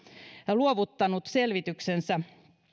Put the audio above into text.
luovuttanut selvityksensä